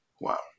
Wow